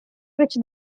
which